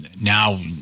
now